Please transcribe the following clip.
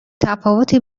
تفاوتی